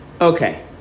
Okay